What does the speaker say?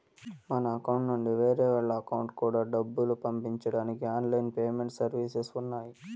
మన అకౌంట్ నుండి వేరే వాళ్ళ అకౌంట్ కూడా డబ్బులు పంపించడానికి ఆన్ లైన్ పేమెంట్ సర్వీసెస్ ఉన్నాయి